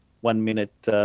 one-minute